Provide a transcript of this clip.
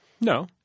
No